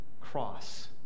cross